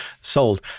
sold